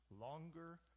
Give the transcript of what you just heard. longer